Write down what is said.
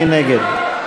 מי נגד?